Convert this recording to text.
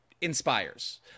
inspires